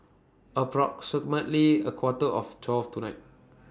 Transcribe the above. approximately A Quarter to twelve tonight